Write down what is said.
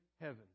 heaven